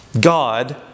God